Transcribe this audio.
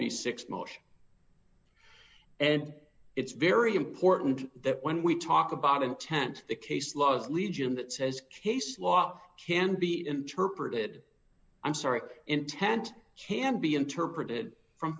p six motion and it's very important that when we talk about intent the case law is legion that says case law can be interpreted i'm sorry intent can be interpreted from